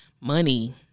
money